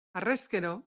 harrezkero